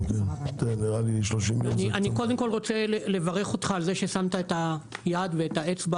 אני קודם כל רוצה לברך אותך על זה ששמת את היעד ואת האצבע